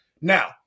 Now